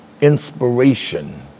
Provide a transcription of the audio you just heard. inspiration